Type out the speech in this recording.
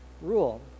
rule